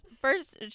first-